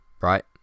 Right